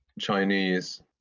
Chinese